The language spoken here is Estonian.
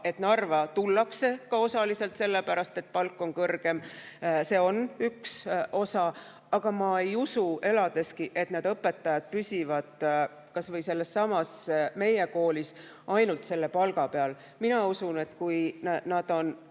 et Narva tullakse osaliselt ka sellepärast, et palk on kõrgem. See on üks [tegur], aga ma ei usu eladeski, et need õpetajad püsivad kas või sellessamas meie koolis ainult selle palga peal. Mina usun, et kui see,